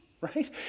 right